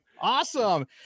Awesome